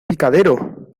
picadero